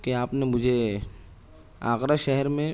کہ آپ نے مجھے آگرا شہر میں